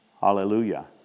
hallelujah